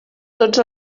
tots